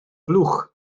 blwch